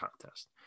contest